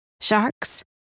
sharks